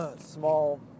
small